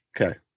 Okay